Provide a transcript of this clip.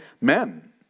men